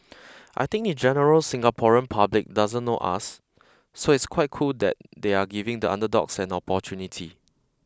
I think the general Singaporean public doesn't know us so it's quite cool that they are giving the underdogs an opportunity